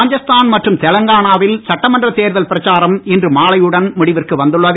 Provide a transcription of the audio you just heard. ராஜஸ்தான் மற்றும் தெலங்கானாவில் சட்டமன்ற தேர்தல் பிரச்சாரம் இன்று மாலையுடன் முடிவிற்கு வந்துள்ளது